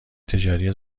تجاری